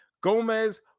Gomez